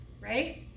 right